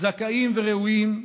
זכאים וראויים,